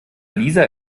lisa